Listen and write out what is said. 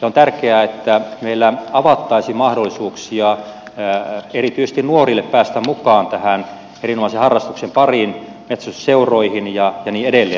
on tärkeää että meillä avattaisiin mahdollisuuksia erityisesti nuorille päästä mukaan tämän erinomaisen harrastuksen pariin metsästysseuroihin ja niin edelleen